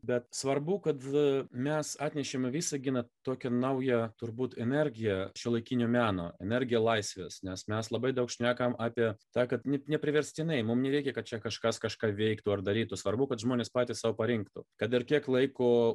bet svarbu kad mes atnešėm į visaginą tokį naują turbūt energiją šiuolaikinio meno energiją laisvės nes mes labai daug šnekam apie ta kad ne nepriverstinai mums nereikia kad čia kažkas kažką veiktų ar darytų svarbu kad žmonės patys sau parinktų kad ir kiek laiko